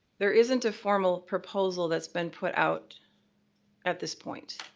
there isn't a formal proposal that's been put out at this point.